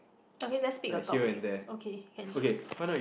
okay let's pick a topic okay can